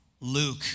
Luke